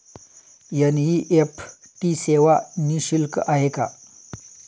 NEFT सेवा निःशुल्क आहे का?